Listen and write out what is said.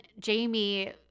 jamie